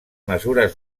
mesures